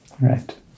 Right